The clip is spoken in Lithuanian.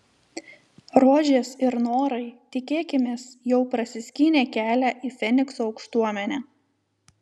rožės ir norai tikėkimės jau prasiskynė kelią į fenikso aukštuomenę